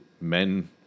men